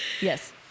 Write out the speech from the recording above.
Yes